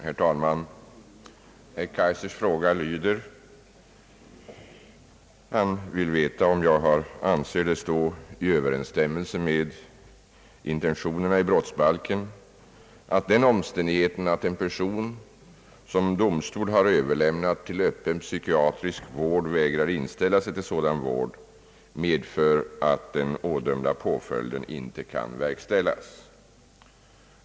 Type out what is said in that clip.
Herr talman! Herr Kaijser har frågat mig om jag anser det stå i överensstämmelse med intentionerna i brottsbalken att den omständigheten, att en person som domstol har överlämnat till öppen psykiatrisk vård vägrar inställa sig till sådan vård, medför att den ådömda påföljden inte kan verkställas.